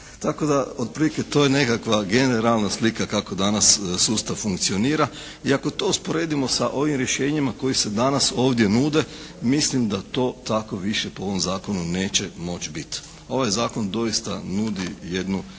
Tako da otprilike to je nekakva generalna slika kako danas sustav funkcionira. I ako to usporedimo sa ovim rješenjima koja se danas ovdje nude mislim da to tako više po ovom zakonu neće moći biti. Ovaj zakon doista nudi jednu